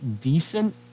decent